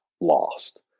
lost